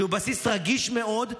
שהוא בסיס רגיש מאוד,